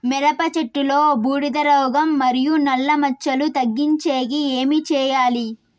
మిరప చెట్టులో బూడిద రోగం మరియు నల్ల మచ్చలు తగ్గించేకి ఏమి చేయాలి?